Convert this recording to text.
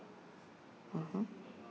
mmhmm